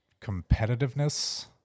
competitiveness